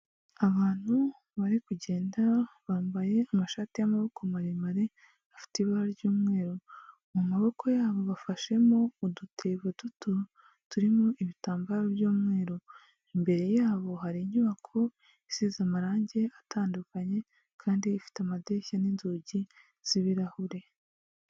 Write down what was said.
Abantu bari kugenda bambaye amashati y'amaboko maremare afite ibara ry'umweru, mu maboko yabo bafashemo udutebo duto turimo ibitambaro by'umweru, imbere yabo hari inyubako isize amarangi atandukanye kandi ifite amadirishya n'inzugi z'ibirahure.